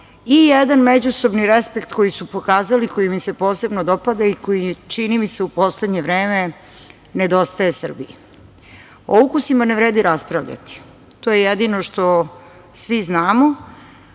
i jedan međusobni respekt koji su pokazali i koji mi se posebno dopada, koji, čini mi se u poslednje vreme, nedostaje Srbiji. O ukusima ne vredi raspravljati. To je jedino što svi znamo. Bojim